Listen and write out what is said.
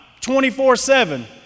24-7